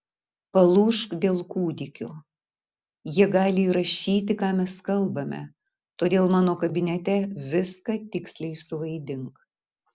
palūžk dėl kūdikio jie gali įrašyti ką mes kalbame todėl mano kabinete viską tiksliai suvaidink